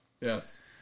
Yes